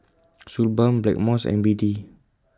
Suu Balm Blackmores and B D